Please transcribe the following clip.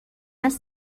است